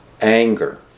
anger